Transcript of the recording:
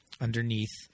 underneath